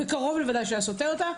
וקרוב לוודאי שהוא היה סותר אותה,